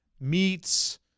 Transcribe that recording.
meats